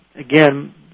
again